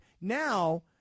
Now